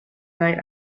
night